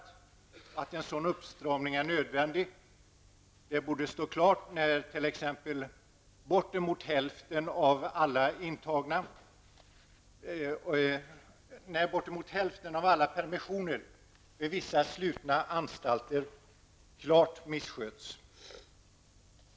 Det borde stå klart att en sådan uppstramning är nödvändig när t.ex. bortemot hälften av alla permissioner från vissa slutna anstalter missköts.